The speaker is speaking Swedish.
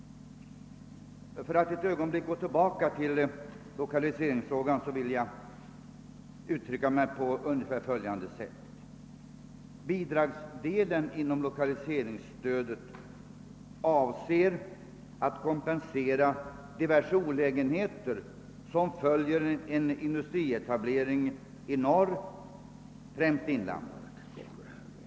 För att ett ögonblick gå tillbaka till lokaliseringsfrågan vill jag uttrycka mig på följande sätt: Bidragsdelen inom lokaliseringsstödet avser att kompensera diverse olägenheter som följer med en industrietablering i norr, främst i inlandet.